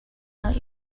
around